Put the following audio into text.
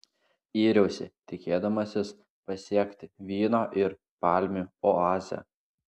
yriausi tikėdamasis pasiekti vyno ir palmių oazę